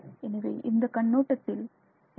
எனவே இந்த கண்ணோட்டத்தில் எக்ஸ்